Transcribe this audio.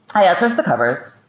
i outsource the covers.